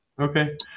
Okay